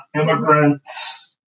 immigrants